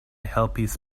helpis